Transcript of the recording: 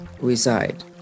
reside